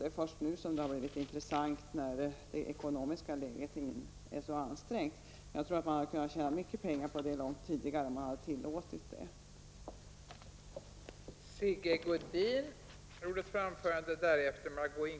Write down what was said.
Det är först nu, när ekonomin är så pass ansträngd som den är, som det här har blivit intressant. Men jag tror att det hade varit möjligt att tjäna mycket pengar långt tidigare om åtgärder hade vidtagits i det avseendet.